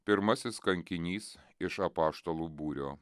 pirmasis kankinys iš apaštalų būrio